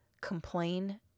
complain